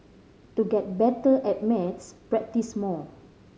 to get better at maths practise more